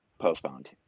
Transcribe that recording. postponed